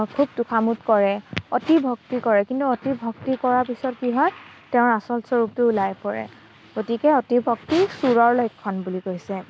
খুব তোষামোদ কৰে অতি ভক্তি কৰে কিন্তু অতি ভক্তি কৰাৰ পিছত কি হয় তেওঁৰ আচল স্বৰূপটো ওলাই পৰে গতিকে অতি ভক্তি চোৰৰ লক্ষণ বুলি কৈছে